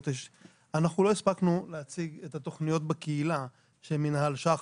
אנחנו לא הספקנו להציג את התוכניות בקהילה של מינהל שח"א,